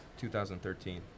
2013